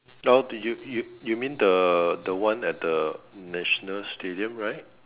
now do you you mean the the one at the national stadium right